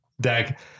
deck